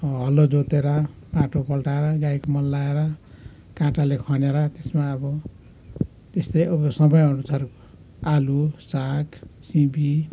हलो जोतेर पाटो पल्टाएर गाईको मल लगाएर काँटाले खनेर त्यसमा अब त्यस्तै अब समयअनुसार आलु साग सिँबी